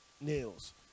nails